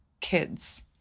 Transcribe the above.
kids